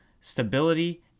stability